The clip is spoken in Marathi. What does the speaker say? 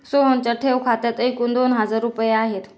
सोहनच्या ठेव खात्यात एकूण दोन हजार रुपये आहेत